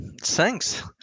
thanks